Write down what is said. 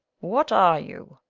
what are you?